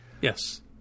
Yes